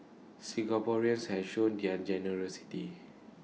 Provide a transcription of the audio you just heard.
Singaporeans has shown their generosity